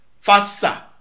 faster